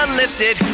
lifted